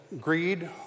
greed